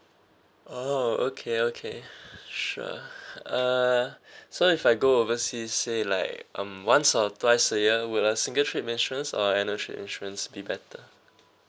oh okay okay sure uh so if I go overseas say like um once or twice a year would a single trip insurance or annual trip insurance be better so